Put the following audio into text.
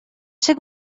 ser